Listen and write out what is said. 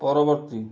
ପରବର୍ତ୍ତୀ